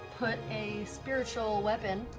put a spiritual weapon,